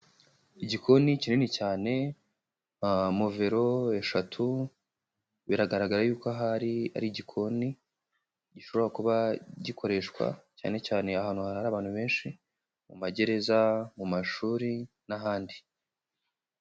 Igikoni kinini cyane nka movero eshatu, biragaragara yuko ahari ari igikoni gishobora kuba gikoreshwa cyane cyane ahantu hari abantu benshi, mu magereza, mu mashuri n'ahandi.